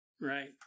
right